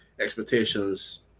expectations